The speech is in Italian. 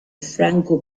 franco